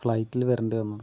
ഫ്ലൈറ്റിൽ വരേണ്ടി വന്നത്